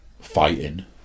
fighting